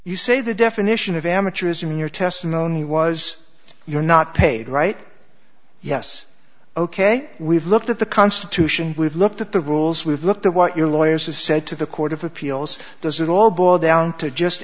you say the definition of amateurism in your testimony was you're not paid right yes ok we've looked at the constitution we've looked at the rules we've looked at what your lawyers have said to the court of appeals does it all boil down to just